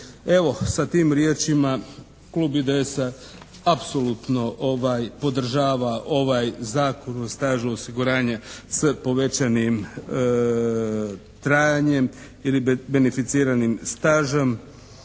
Evo, sa tim riječima Klub IDS-a apsolutno podržava ovaj Zakon o stažu osiguranja s povećanim trajanjem ili beneficiranim stažem